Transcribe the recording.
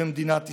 במדינת ישראל.